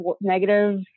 negative